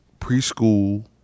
preschool